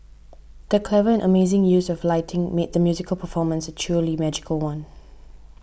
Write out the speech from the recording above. the clever and amazing use of lighting made the musical performance truly magical one